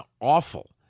awful